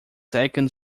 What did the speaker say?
second